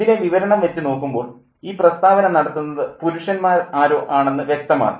ഇതിലെ വിവരണം വച്ചു നോക്കുമ്പോൾ ഈ പ്രസ്താവന നടത്തുന്നത് പുരുഷന്മാർ ആരോ ആണെന്ന് വ്യക്തമാണ്